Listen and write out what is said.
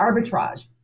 arbitrage